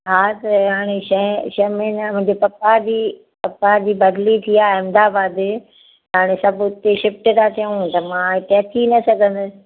हा त हाणे छह छह महीना मुंहिंजे पप्पा जी पप्पा जी बदली थी आहे अहमदाबाद त हाणे सभु हुते शिफ़्ट था थियूं त मां हिते अची न सघंदसि